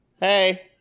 Hey